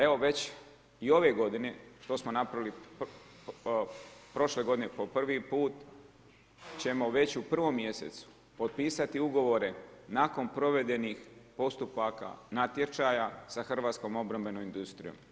Evo već i ove godine što smo napravili i prošle godine, po prvi put ćemo već u prvo mjesecu potpisati ugovore nakon provedeni postupaka natječaja sa hrvatskom obrambenom industrijom.